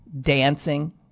dancing